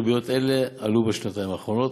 ריביות אלה עלו בשנתיים האחרונות.